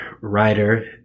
writer